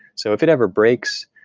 so if it ever breaks,